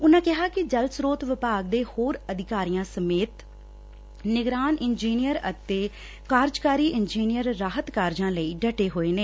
ਉਨਾ ਕਿਹਾ ਕਿ ਜਲ ਸਰੋਤ ਵਿਭਾਗ ਦੇ ਹੋਰ ਅਧਿਕਾਰੀਆ ਸਮੇਤ ਨਿਗਰਾਨ ਇੰਜਨੀਅਰ ਅਤੇ ਕਾਰਜਕਾਰੀ ਇੰਜਨੀਅਰ ਰਾਹਤ ਕਾਰਜਾਂ ਲਈ ਡਟੇ ਹੋਏ ਨੇ